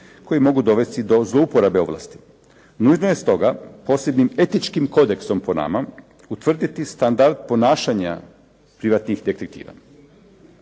koji mogu dovesti do zlouporabe ovlasti. Nužno je stoga posebni etičkim kodeksom, po nama, utvrditi standard ponašanja privatnih detektiva.